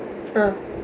ah